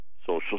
Social